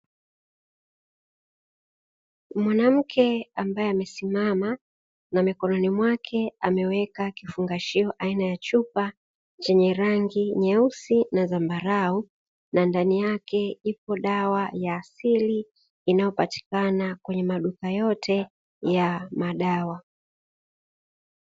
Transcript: Mwanamke ambaye amesimama na mikononi mwake ameweka kifungashio aina ya chupa chenye rangi nyeusi na zambarau, na ndani yake ipo dawa ya asili inayopatikana kwenye maduka yote ya madawa.